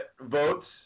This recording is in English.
votes